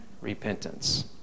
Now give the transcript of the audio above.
repentance